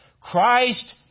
Christ